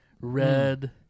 red